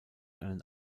einen